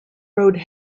road